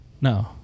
No